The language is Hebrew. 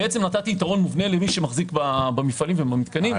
נתתי יתרון מובנה למי שמחזיק במפעלים ובמתקנים.